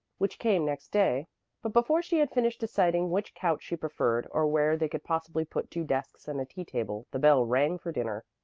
which came next day but before she had finished deciding which couch she preferred or where they could possibly put two desks and a tea-table, the bell rang for dinner.